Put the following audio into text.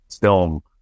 film